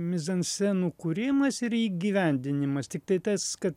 mizanscenų kūrimas ir įgyvendinimas tiktai tas kad